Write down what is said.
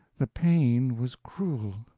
the pain was cruel,